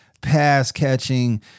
pass-catching